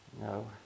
No